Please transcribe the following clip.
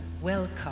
Welcome